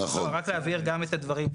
רק להבהיר את הדברים.